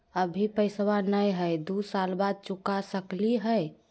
अभि पैसबा नय हय, दू साल बाद चुका सकी हय?